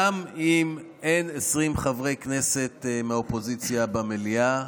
גם אם אין 20 חברי כנסת מהאופוזיציה במליאה,